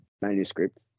manuscript